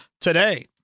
today